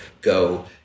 go